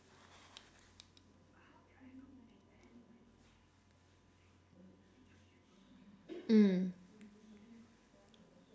mm